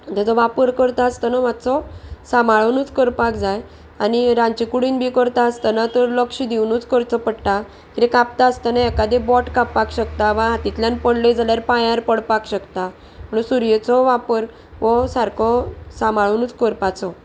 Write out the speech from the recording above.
तेचो वापर करता आसतना मातसो सांबाळूनच करपाक जाय आनी रांदचे कुडीन बी करता आसतना तर लक्ष दिवनूच करचो पडटा कितें कापता आसतना एकादें बोट कापपाक शकता वा हातींतल्यान पडले जाल्यार पांयार पडपाक शकता म्हणून सुर्येचो वापर हो सारको सांबाळूनच करपाचो